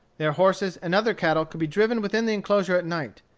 their horses and other cattle could be driven within the enclosure at night.